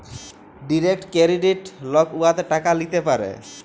direct credit লক উয়াতে টাকা ল্যিতে পারে